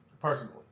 Personally